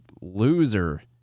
loser